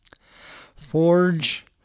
Forge